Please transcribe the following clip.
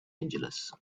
angeles